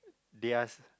theirs